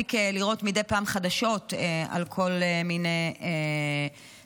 מספיק לראות מדי פעם חדשות על כל מיני שרים,